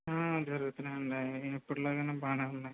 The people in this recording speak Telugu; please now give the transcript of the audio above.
ఆ జరుగుతున్నాయండి ఎప్పటిలాగానే బాగానే ఉన్నాయి